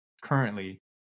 currently